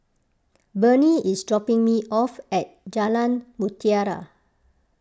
Bernie is dropping me off at Jalan Mutiara